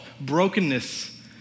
Brokenness